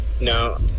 No